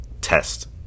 test